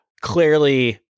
clearly